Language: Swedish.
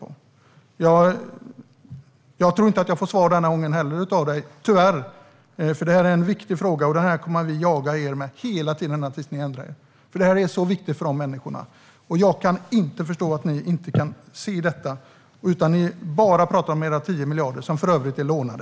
Jag tror tyvärr inte att jag får svar den här gången heller från dig, Niklas Karlsson. Detta är en viktig fråga. Vi kommer att jaga er med den ända tills ni ändrar er, eftersom detta är så viktigt för dessa människor. Jag kan inte förstå att ni inte kan se detta. Ni talar bara om era 10 miljarder, som för övrigt är lånade.